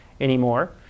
anymore